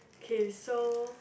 k so